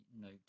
note